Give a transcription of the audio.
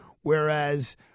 Whereas